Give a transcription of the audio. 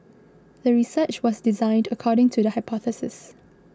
the research was designed according to the hypothesis